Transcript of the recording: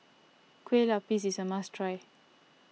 Kue Lupis is a must try